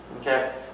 okay